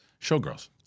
Showgirls